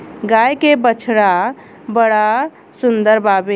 गाय के बछड़ा बड़ा सुंदर बावे